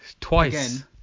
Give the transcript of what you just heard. twice